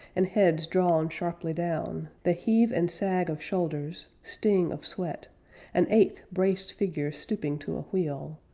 and heads drawn sharply down, the heave and sag of shoulders, sting of sweat an eighth braced figure stooping to a wheel,